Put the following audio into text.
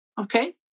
okay